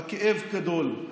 הכאב גדול,